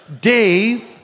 Dave